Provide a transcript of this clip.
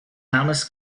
thomas